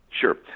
Sure